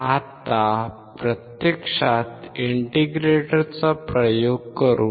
आता प्रत्यक्षात इंटिग्रेटरचा प्रयोग करू